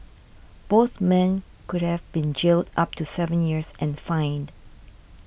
both men could have been jailed up to seven years and fined